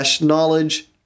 Knowledge